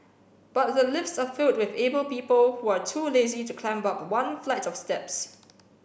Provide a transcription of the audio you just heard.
but the lifts are filled with able people who are too lazy to climb up one flight of steps